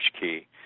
key